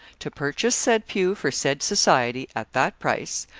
to purchase said pew for said society, at that price,